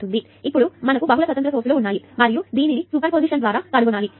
కాబట్టి ఇప్పుడు బహుళ స్వతంత్ర సోర్స్ లు ఉన్నాయి మరియు దీనిని సూపర్ పొజిషన్ ద్వారా కనుగొనాలి